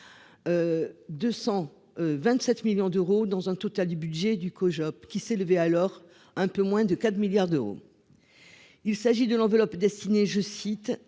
227 millions d'euros dans un total du budget du COJOP qui s'est levé, alors un peu moins de 4 milliards d'euros. Il s'agit de l'enveloppe destinée je cite